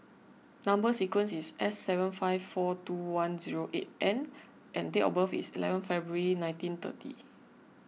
Number Sequence is S seven five four two one zero eight N and date of birth is eleven February nineteen thirty